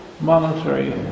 monetary